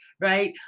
right